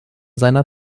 seiner